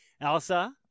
Elsa